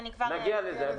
נגיע לזה.